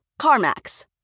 CarMax